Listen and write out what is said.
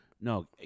No